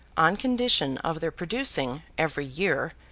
on condition of their producing, every year,